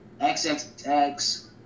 XXX